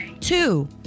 Two